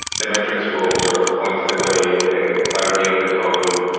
the metrics will sort of point to the way the clarity of the code,